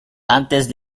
antes